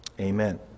Amen